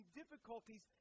difficulties